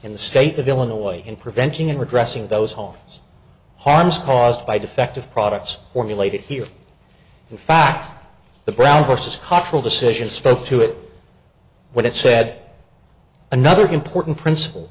in the state of illinois in preventing addressing those holes harms caused by defective products formulated here in fact the brown vs cotterell decision spoke to it what it said another important princip